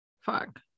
fuck